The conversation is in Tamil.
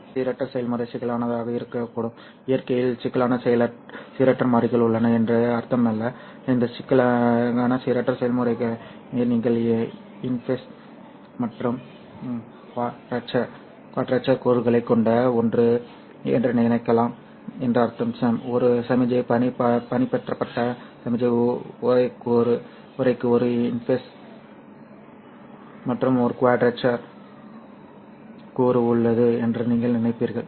இந்த சீரற்ற செயல்முறை சிக்கலானதாக இருக்கக்கூடும் இயற்கையில் சிக்கலான சீரற்ற மாறிகள் உள்ளன என்று அர்த்தமல்ல இந்த சிக்கலான சீரற்ற செயல்முறையை நீங்கள் இன்ஃபேஸ் மற்றும் குவாட்ரேச்சர் கூறுகளைக் கொண்ட ஒன்று என்று நினைக்கலாம் என்று அர்த்தம் சரி ஒரு சமிக்ஞை பண்பேற்றப்பட்ட சமிக்ஞை உறைக்கு ஒரு இன்பேஸ் மற்றும் ஒரு குவாட்ரேச்சர் கூறு உள்ளது என்று நீங்கள் நினைப்பீர்கள்